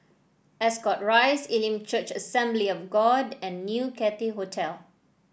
Ascot Rise Elim Church Assembly of God and New Cathay Hotel